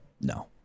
No